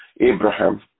Abraham